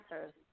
answers